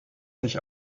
sich